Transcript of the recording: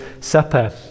Supper